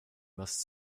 must